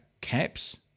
Caps